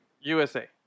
USA